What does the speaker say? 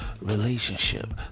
relationship